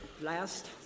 last